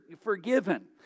forgiven